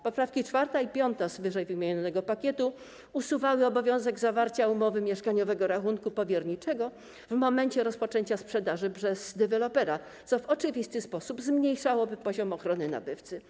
Poprawki 4. i 5. z ww. pakietu usuwały obowiązek zawarcia umowy mieszkaniowego rachunku powierniczego w momencie rozpoczęcia sprzedaży przez dewelopera, co w oczywisty sposób zmniejszałoby poziom ochrony nabywcy.